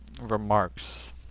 remarks